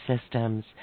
systems